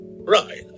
Right